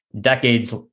decades